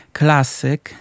klasyk